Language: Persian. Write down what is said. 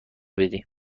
بدی